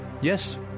yes